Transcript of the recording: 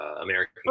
American